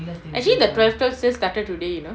actually the metro sale started today you know